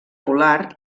polar